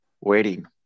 waiting